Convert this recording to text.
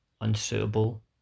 unsuitable